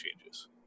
changes